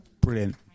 Brilliant